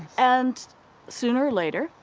and sooner or later,